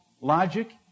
logic